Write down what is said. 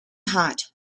hot